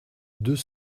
deux